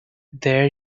there